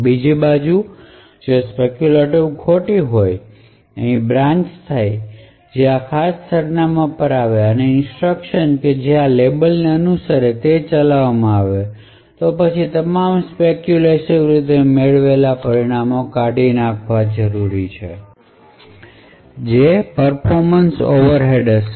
બીજી બાજુ જો સ્પેક્યૂલેટિવ ખોટી હોય અહીં બ્રાન્ચ થાય જે આ ખાસ સરનામાં પર આવે છે અને ઇન્સટ્રકશન જે આ લેબલ ને અનુસરે છે તે ચલાવવામાં આવે છે તો પછી તમામ સ્પેક્યૂલેટિવ રીતે મેળવેલ પરિણામ કાઢી નાખવાની જરૂર છે જે પરફોર્મન્સ ઓવરહેડ હશે